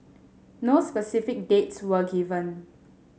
no specific dates were given